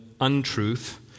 untruth